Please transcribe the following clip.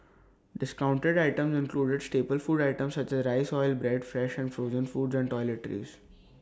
discounted items included staple food items such as rice oil bread fresh and frozen foods and toiletries